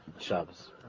Shabbos